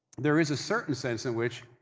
there is a certain sense in which,